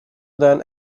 than